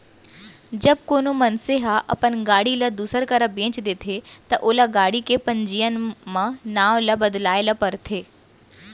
जब कोनो मनसे ह अपन गाड़ी ल दूसर करा बेंच देथे ता ओला गाड़ी के पंजीयन म नांव ल बदलवाए ल परथे